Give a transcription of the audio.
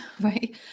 Right